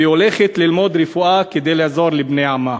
והיא הולכת ללמוד רפואה כדי לעזור לבני עמה.